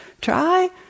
try